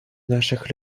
наших